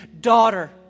daughter